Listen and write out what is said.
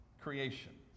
creation